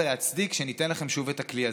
ולהצדיק שניתן לכם שוב את הכלי הזה?